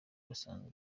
basanzwe